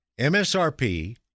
MSRP